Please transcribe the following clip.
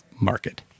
market